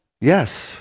Yes